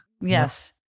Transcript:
yes